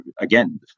again